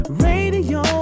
radio